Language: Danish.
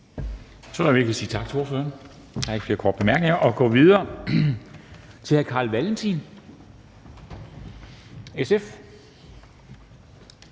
Så kan vi sige tak til ordføreren. Der er ikke flere korte bemærkninger. Og vi går videre til hr. Carl Valentin, SF.